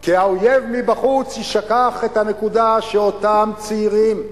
כי האויב מבחוץ ישכיח את הנקודה שאותם צעירים,